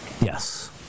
Yes